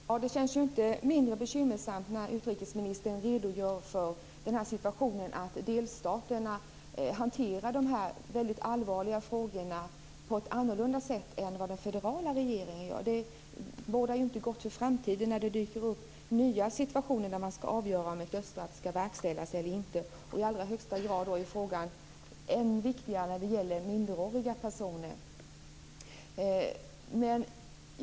Fru talman! Det känns inte mindre bekymmersamt när utrikesministern redogör för att delstaterna hanterar dessa väldigt allvarliga frågor på ett annat sätt än vad den federala regeringen gör. Det bådar inte gott för framtiden, när det dyker upp nya situationer då man skall avgöra om ett dödsstraff skall verkställas eller inte. Frågan är än viktigare när det gäller minderåriga personer.